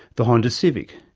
the honda civic,